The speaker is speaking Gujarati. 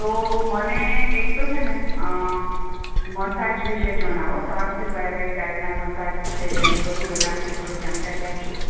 તો મને એક તો છે ને મસાજ વિશે જણાવો તમારા પાસે કયા કઈ ટાઇપના મસાજ છે ને એ બધું એના વિશે થોડી જાણકારી આપશો